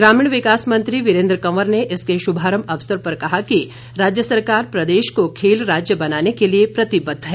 ग्रामीण विकास मंत्री वीरेंद्र कवर ने इसके शुभारंभ अवसर पर कहा कि राज्य सरकार प्रदेश को खेल राज्य बनाने के लिए प्रतिबद्ध है